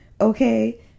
Okay